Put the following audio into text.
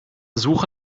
suche